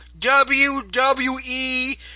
WWE